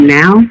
now